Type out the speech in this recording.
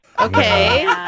Okay